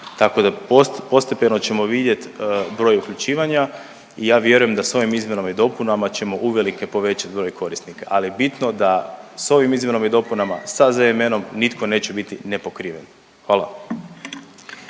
Tako da postepeno ćemo vidjet broj uključivanja i ja vjerujem da s ovim izmjenama i dopunama ćemo uvelike povećat broj korisnika, ali je bitno da s ovim izmjenama i dopunama, sa ZNM-om nitko neće biti nepokriven, hvala.